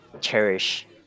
cherish